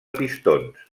pistons